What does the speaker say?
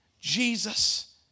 Jesus